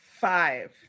Five